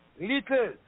little